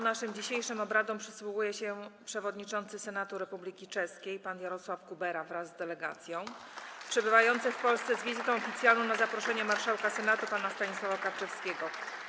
Naszym dzisiejszym obradom przysłuchuje się przewodniczący Senatu Republiki Czeskiej pan Jaroslav Kubera wraz z delegacją, przebywający w Polsce z wizytą oficjalną na zaproszenie marszałka Senatu pana Stanisława Karczewskiego.